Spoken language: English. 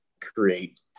create